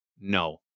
No